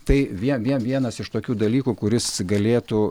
tai vie vie vienas iš tokių dalykų kuris galėtų